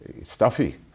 stuffy